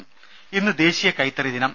രുമ ഇന്ന് ദേശീയ ദൈത്തറി ദിനം